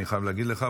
אני חייב להגיד לך.